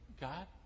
God